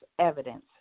evidence